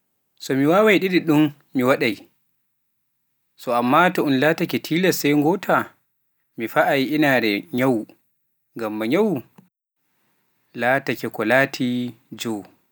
So mi wawaai ɗiɗum, mi waɗai, amma so un lataake tilaas sai ngotaa, mi faai inaare nyawu, ngam nyawu lataake ko lati joow.